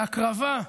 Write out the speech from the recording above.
בהקרבה,